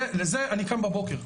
לזה אני קם בבוקר.